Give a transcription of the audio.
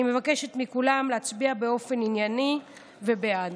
אני מבקשת מכולם להצביע באופן ענייני ובעד.